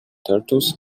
turtles